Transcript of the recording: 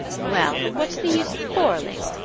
well, but what's the use of quarrelling?